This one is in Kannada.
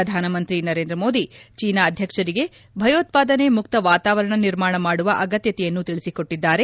ಪ್ರಧಾನ ಮಂತ್ರಿ ಮೋದಿ ಅವರು ಚೀನಾ ಅಧ್ಯಕ್ಷರಿಗೆ ಭಯೋತ್ವಾದನೆ ಮುಕ್ತ ವಾತಾವರಣ ನಿರ್ಮಾಣ ಮಾಡುವ ಅಗತ್ತತೆಯನ್ನು ತಿಳಿಸಿಕೊಟ್ಟದ್ದಾರೆ